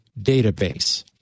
database